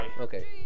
Okay